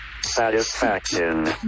satisfaction